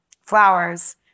flowers